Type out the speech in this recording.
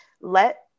let